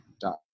dot